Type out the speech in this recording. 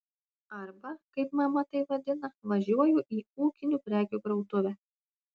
arba kaip mama tai vadina važiuoju į ūkinių prekių krautuvę